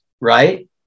right